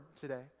today